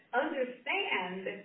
understand